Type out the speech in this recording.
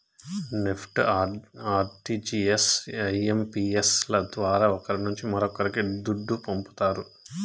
NEFT, RTGS, IMPS ల ద్వారా ఒకరి నుంచి మరొక్కరికి దుడ్డు పంపతారు